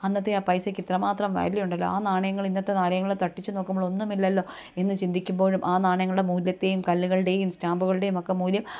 അന്നത്തെ ആ പൈസയ്ക്ക് ഇത്ര മാത്രം വാല്യു ഉണ്ടല്ലോ ആ നാണയങ്ങൾ ഇന്നത്തെ നാണയങ്ങളെ തട്ടിച്ചു നോക്കുമ്പോൾ ഒന്നും ഇല്ലല്ലോ എന്ന് ചിന്തിക്കുമ്പോഴും ആ നാണയങ്ങളുടെ മൂല്യത്തെയും കല്ലുകളുടെയും സ്റ്റാമ്പുകളുടെയും ഒക്കെ മൂല്യം